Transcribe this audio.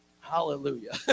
Hallelujah